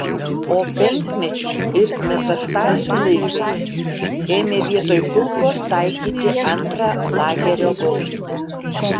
o penkmečių ir metastazių laikais ėmė vietoj kulkos taikyti antrą lagerio bausmę